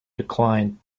declined